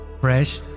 fresh